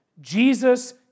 Jesus